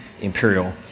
Imperial